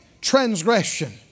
transgression